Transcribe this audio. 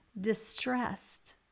distressed